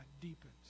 deepens